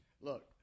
Look